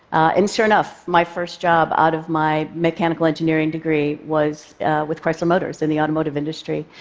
and sure enough, my first job out of my mechanical engineering degree was with chrysler motors in the automotive industry.